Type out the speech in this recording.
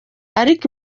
ariko